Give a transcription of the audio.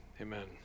amen